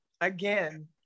Again